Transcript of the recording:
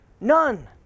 None